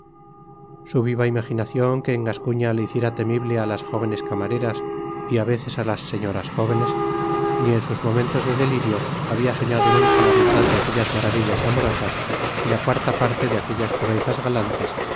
su viva imaginacion que en gascuña le hiciera temible á las jóvenes camareras y á veces á las señoras jóvenes ni en sus momentos de delirio habia sottado nunca la mitad de aquellas maravillas amorosas y la cuarta parte de aquellas proezas galantes